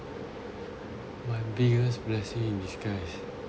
my biggest blessing in disguise